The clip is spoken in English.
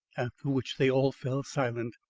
after which they all fell silent.